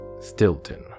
Stilton